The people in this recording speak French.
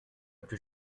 plus